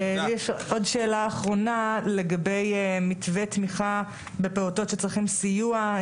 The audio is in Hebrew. שאלה אחרונה לגבי מתווה תמיכה בפעוטות שצריכים סיוע,